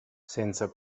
senza